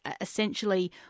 essentially